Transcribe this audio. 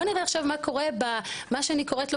בוא נראה מה קורה במה שאני קוראת לו